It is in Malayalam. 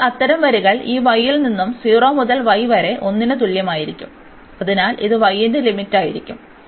ഇപ്പോൾ അത്തരം വരികൾ ഈ y ൽ നിന്ന് 0 മുതൽ y വരെ 1 ന് തുല്യമായിരിക്കും അതിനാൽ ഇത് y ന്റെ ലിമിറ്റായിരിക്കും